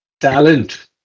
talent